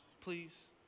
please